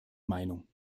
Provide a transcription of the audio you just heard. meinung